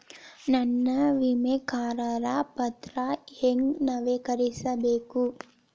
ನನ್ನ ವಿಮಾ ಕರಾರ ಪತ್ರಾ ಹೆಂಗ್ ನವೇಕರಿಸಬೇಕು?